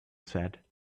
said